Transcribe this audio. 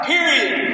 Period